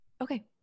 okay